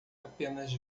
apenas